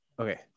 okay